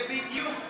זה בדיוק,